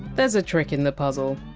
there! s a trick in the puzzle.